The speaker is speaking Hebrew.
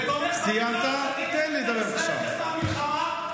ותומך בדברים כנגד מדינת ישראל בעת המלחמה,